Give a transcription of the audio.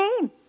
name